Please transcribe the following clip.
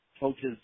Coaches